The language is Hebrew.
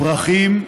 פרחים,